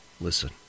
Listen